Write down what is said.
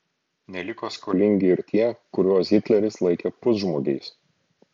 neliko skolingi ir tie kuriuos hitleris laikė pusžmogiais